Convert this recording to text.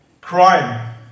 Crime